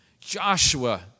Joshua